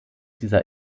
dieser